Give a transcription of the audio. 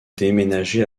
déménagé